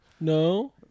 No